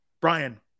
Brian